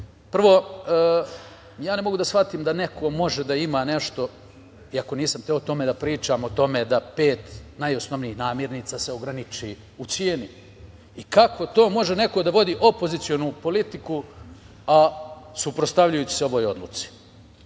ja ne mogu da shvatim da neko može da ima nešto, iako nisam hteo o tome da pričam, o tome da pet najosnovnijih namirnica se ograniči u ceni, i kako to može neko da vodi opozicionu politiku, a suprotstavljajući se ovoj odluci?